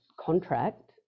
contract